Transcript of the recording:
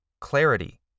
Clarity